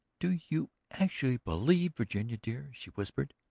do you actually believe, virginia dear, she whispered,